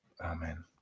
Amen